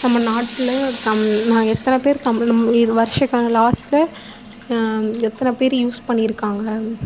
நம்ம நாட்டில் தமிழ் எத்தனை பேர் தமிழ் வருஷ க லாஸ்டில் எத்தனை பேர் யூஸ் பண்ணியிருக்காங்க